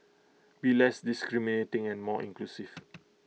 be less discriminating and more inclusive